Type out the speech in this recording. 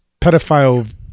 pedophile